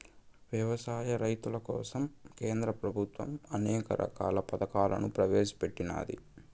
వ్యవసాయ రైతుల కోసం కేంద్ర ప్రభుత్వం అనేక రకాల పథకాలను ప్రవేశపెట్టినాది